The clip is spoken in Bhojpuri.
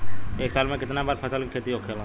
एक साल में कितना बार फसल के खेती होखेला?